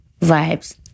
vibes